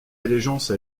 allégeance